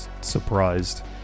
surprised